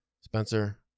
Spencer